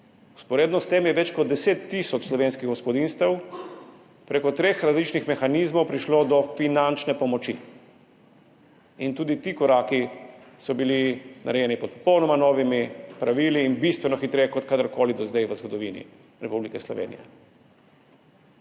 Vzporedno s tem je več kot 10 tisoč slovenskih gospodinjstev prek treh različnih mehanizmov prišlo do finančne pomoči. Tudi ti koraki so bili narejeni pod popolnoma novimi pravili in bistveno hitreje kot kadarkoli do zdaj v zgodovini Republike Slovenije.